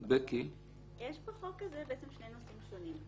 יש בחוק הזה שני נושאים שונים,